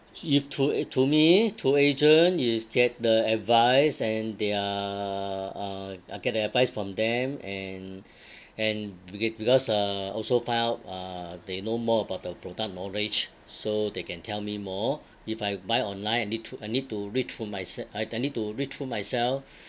if through a~ to me through agent is get the advice and their uh I'll get the advice from them and and becau~ because uh also find out uh they know more about the product knowledge so they can tell me more if I buy online I need to I need to read through myse~ I'd I need to read through myself